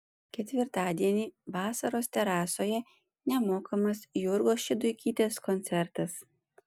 ketvirtadienį vasaros terasoje nemokamas jurgos šeduikytės koncertas